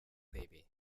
baby